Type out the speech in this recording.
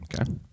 Okay